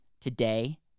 today